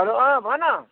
hello अँ भन